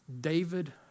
David